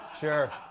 Sure